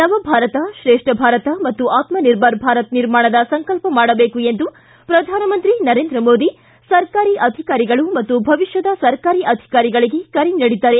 ನವಭಾರತ ಶ್ರೇಷ್ಠ ಭಾರತ ಮತ್ತು ಆತ್ಮನಿರ್ಭರ ಭಾರತ ನಿರ್ಮಾಣದ ಸಂಕಲ್ಪ ಮಾಡಬೇಕು ಎಂದು ಪ್ರಧಾನಮಂತ್ರಿ ನರೇಂದ್ರ ಮೋದಿ ಸರ್ಕಾರಿ ಅಧಿಕಾರಿಗಳು ಮತ್ತು ಭವಿಷ್ಕದ ಸರ್ಕಾರಿ ಅಧಿಕಾರಿಗಳಿಗೆ ಕರೆ ನೀಡಿದ್ದಾರೆ